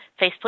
Facebook